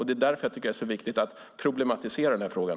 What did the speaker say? Det är därför jag tycker att det är så viktigt att problematisera frågan.